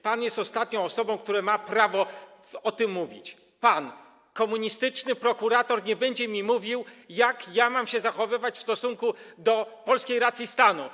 Pan jest ostatnią osobą, która ma prawo o tym mówić, pan. Komunistyczny prokurator nie będzie mi mówił, jak ja mam się zachowywać w stosunku do polskiej racji stanu.